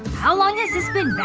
how long has this been back